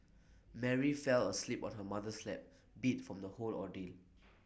Mary fell asleep on her mother's lap beat from the whole ordeal